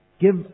give